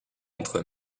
entre